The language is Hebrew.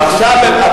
הבנתי.